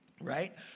right